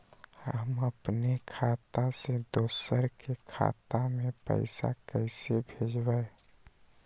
हम अपने खाता से दोसर के खाता में पैसा कइसे भेजबै?